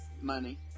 money